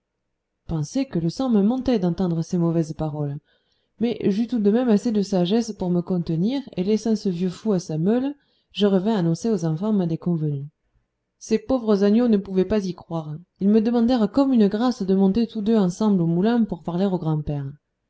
pensez que le sang me montait d'entendre ces mauvaises paroles mais j'eus tout de même assez de sagesse pour me contenir et laissant ce vieux fou à sa meule je revins annoncer aux enfants ma déconvenue ces pauvres agneaux ne pouvaient pas y croire ils me demandèrent comme une grâce de monter tous deux ensemble au moulin pour parler au grand-père